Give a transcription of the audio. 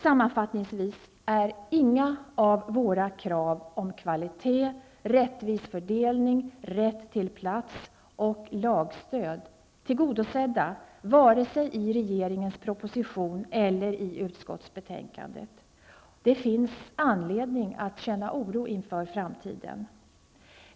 Sammanfattningsvis är inga av våra krav om kvalitet, rättvis fördelning, rätt till plats och lagstöd tillgodosedda vare sig i regeringens proposition eller i utskottsbetänkandet. Det finns anledning att känna oro för framtiden.